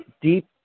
deep